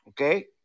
Okay